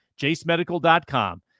JaceMedical.com